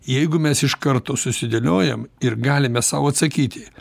jeigu mes iš karto susidėliojam ir galime sau atsakyti